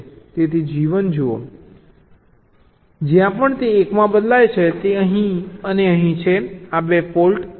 તેથી G1 જુઓ જુઓ જ્યાં પણ તે 1 માં બદલાય છે તે અહીં અને અહીં છે આ 2 ફોલ્ટ